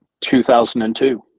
2002